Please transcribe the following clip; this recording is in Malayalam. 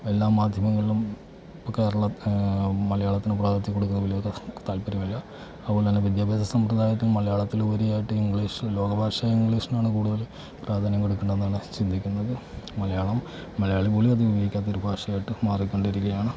എല്ലാ മാധ്യമങ്ങളിലും കേരളം മലയാളത്തിന് പ്രാതിനിധ്യം കൊടുക്കുന്നതിൽ വലിയ താല്പര്യമില്ല അതുകൊണ്ട് തന്നെ വിദ്യാഭ്യാസ സമ്പ്രദായത്തിൽ മലയാളത്തിൽ ഉപരിയായിട്ട് ഇംഗ്ലീഷിൽ ലോകഭാഷ ഇംഗ്ലീഷിനാണ് കൂടുതൽ പ്രധാന്യം കൊടുക്കേണ്ടത് എന്നാണ് ചിന്തിക്കുന്നത് മലയാളം മലയാളിപോലും അത് ഉപയോഗിക്കാത്ത ഒരു ഭാഷയായിട്ട് മാറിക്കൊണ്ടിരിക്കുകയാണ്